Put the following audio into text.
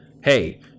Hey